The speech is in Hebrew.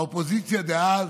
האופוזיציה דאז,